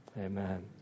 Amen